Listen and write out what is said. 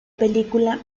película